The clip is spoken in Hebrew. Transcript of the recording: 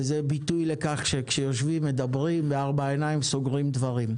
וזה ביטוי לכך שכשיושבים ומדברים בארבע עיניים סוגרים דברים.